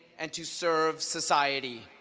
and to serve society.